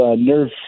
nerve